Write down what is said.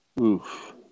oof